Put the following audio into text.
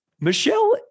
michelle